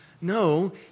No